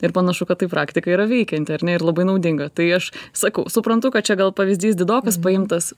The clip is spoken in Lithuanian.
ir panašu kad tai praktika yra veikianti ar ne ir labai naudinga tai aš sakau suprantu kad čia gal pavyzdys didokas paimtas